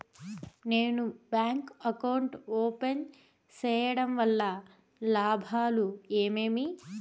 నేను bank account open సేయడం వల్ల లాభాలు ఏమేమి?